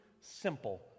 simple